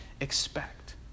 expect